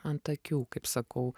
ant akių kaip sakau